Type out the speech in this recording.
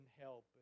help